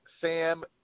Sam